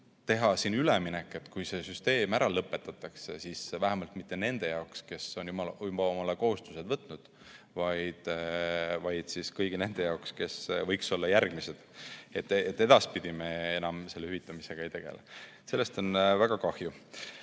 teha siin üleminek, kui see süsteem ära lõpetatakse, siis vähemalt mitte nende jaoks, kes on juba omale kohustused võtnud, vaid kõigi nende jaoks, kes võiksid olla järgmised, et nad teaksid, et edaspidi me enam selle hüvitamisega ei tegele. Sellest kõigest on väga kahju.